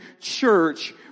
church